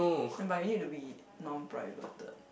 but you need to be non privated